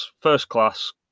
first-class